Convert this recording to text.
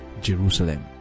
jerusalem